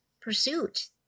pursuit